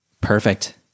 perfect